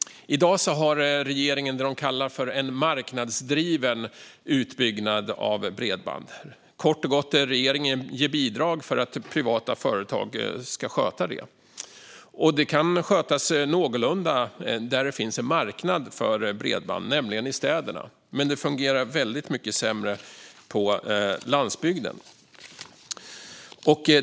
I dag har regeringen det man kallar för en marknadsdriven utbyggnad av bredband. Kort och gott ger regeringen bidrag för att privata företag ska sköta detta. Det kan skötas någorlunda där det finns en marknad för bredband, nämligen i städerna, men det fungerar väldigt mycket sämre på landsbygden.